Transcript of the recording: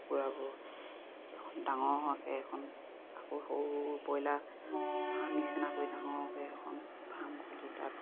কুকুৰাবোৰ এখন ডাঙৰকে এখন আকৌ সৰু ব্ৰইলাৰ ফাৰ্ম নিচিনা কৰি ডাঙৰকে এখন ফাৰ্ম খুলি তাত